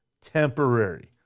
temporary